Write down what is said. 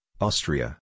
Austria